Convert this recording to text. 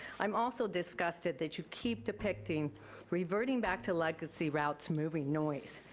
i'm also disgusted that you keep depicting reverting back to legacy routes moving noise.